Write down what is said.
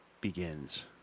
begins